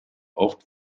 oft